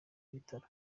bitaro